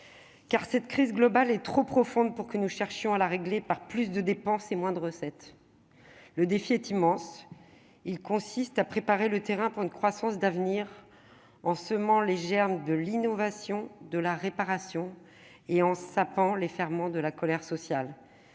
Cette crise globale est trop profonde pour que nous cherchions à la régler par plus de dépenses et moins de recettes. Le défi est immense. Il consiste à préparer le terrain pour une croissance d'avenir, en semant les germes de l'innovation et de la réparation tout en neutralisant les ferments de colère sociale.